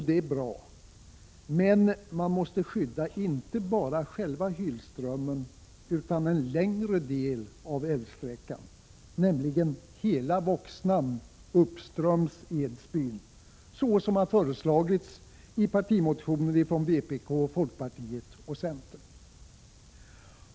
Det är bra, men man måste skydda inte bara själva Hylströmmen, utan en längre del av älvsträckan — nämligen hela Voxnan uppströms Edsbyn — så som föreslagits i partimotioner från vpk, folkpartiet och centern.